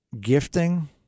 gifting